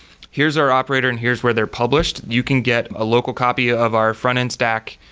here's our operator and here's where they're published. you can get a local copy of our front-end stack,